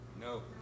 No